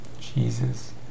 Jesus